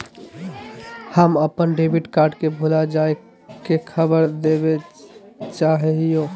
हम अप्पन debit card के भुला जाये के खबर देवे चाहे हियो